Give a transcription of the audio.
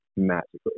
magically